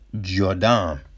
Jordan